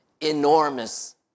enormous